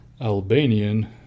Albanian